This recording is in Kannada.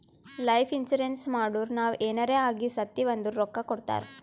ಲೈಫ್ ಇನ್ಸೂರೆನ್ಸ್ ಮಾಡುರ್ ನಾವ್ ಎನಾರೇ ಆಗಿ ಸತ್ತಿವ್ ಅಂದುರ್ ರೊಕ್ಕಾ ಕೊಡ್ತಾರ್